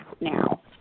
now